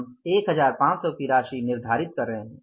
हम 1500 की राशि निर्धारित कर रहे हैं